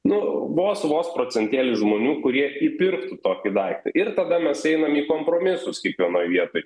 nu vos vos procentėlis žmonių kurie įpirktų tokį daiktą ir tada mes einam į kompromisus kiekvienoj vietoj